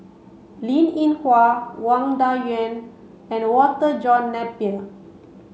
Linn In Hua Wang Dayuan and Walter John Napier